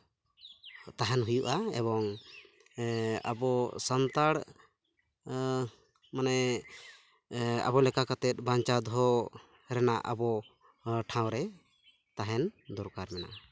ᱛᱟᱦᱮᱱ ᱦᱩᱭᱩᱜᱼᱟ ᱮᱵᱚᱝ ᱟᱵᱚ ᱥᱟᱱᱛᱟᱲ ᱢᱟᱱᱮ ᱟᱵᱚ ᱞᱮᱠᱟ ᱠᱟᱛᱮᱫ ᱵᱟᱧᱪᱟᱣ ᱫᱚᱦᱚ ᱨᱮᱱᱟᱜ ᱟᱵᱚ ᱴᱷᱟᱶ ᱨᱮ ᱛᱟᱦᱮᱱ ᱫᱚᱨᱠᱟᱨ ᱢᱮᱱᱟᱜᱼᱟ